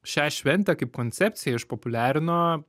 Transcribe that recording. šią šventę kaip koncepciją išpopuliarino